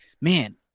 man